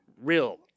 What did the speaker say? real